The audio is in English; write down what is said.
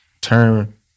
Turn